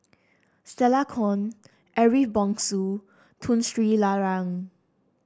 Stella Kon Ariff Bongso Tun Sri Lanang